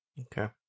Okay